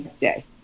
day